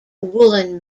woollen